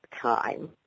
time